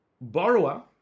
borrower